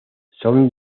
son